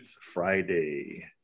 Friday